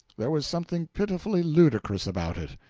there was something pitifully ludicrous about it.